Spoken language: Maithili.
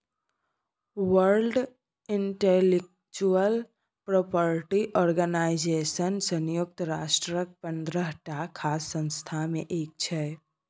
वर्ल्ड इंटलेक्चुअल प्रापर्टी आर्गेनाइजेशन संयुक्त राष्ट्रक पंद्रहटा खास संस्था मे एक छै